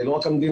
לא רק המדינה,